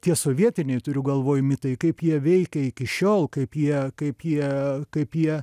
tie sovietiniai turiu galvoj mitai kaip jie veikia iki šiol kaip jie kaip jie kaip jie